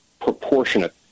proportionate